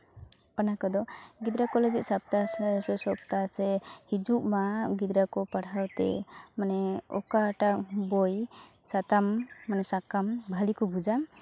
ᱚᱱᱟ ᱠᱚᱫᱚ ᱜᱤᱫᱽᱨᱟᱹ ᱠᱚ ᱞᱟᱹᱜᱤᱫ ᱥᱟᱯᱛᱟᱦᱚ ᱥᱚᱯᱛᱟᱦᱚ ᱥᱮ ᱦᱤᱡᱩᱜ ᱢᱟ ᱜᱤᱫᱽᱨᱟᱹ ᱠᱚ ᱯᱟᱲᱦᱟᱣ ᱛᱮ ᱢᱟᱱᱮ ᱚᱠᱟᱴᱟᱜ ᱵᱳᱭ ᱥᱟᱛᱟᱢ ᱢᱟᱱᱮ ᱥᱟᱠᱟᱢ ᱵᱷᱟᱹᱞᱤ ᱠᱚ ᱵᱩᱡᱟ